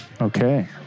Okay